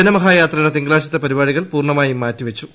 ജനമഹായാത്രയുടെ തിങ്കളാഴ്ചത്തെ പരിപാടികൾ പൂർണമായും മാറ്റിവച്ചു